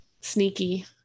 sneaky